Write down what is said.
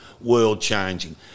world-changing